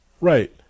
Right